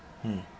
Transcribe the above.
mm